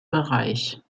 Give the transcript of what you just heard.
bereich